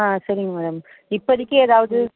ஆ சரிங்க மேடம் இப்பதைக்கி ஏதாவுது